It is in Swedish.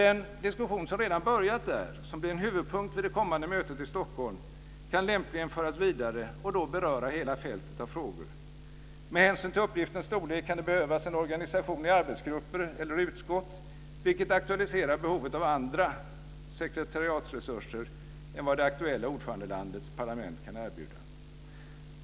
Den diskussion som redan börjat där, och som blir en huvudpunkt vid det kommande mötet i Stockholm, kan lämpligen föras vidare och då beröra hela fältet av frågor. Med hänsyn till uppgiftens storlek kan det behövas en organisation i arbetsgrupper eller utskott, vilket aktualiserar behovet av andra sekretariatsresurser än vad det aktuella ordförandelandets parlament kan erbjuda.